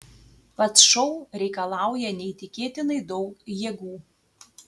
pats šou reikalauja neįtikėtinai daug jėgų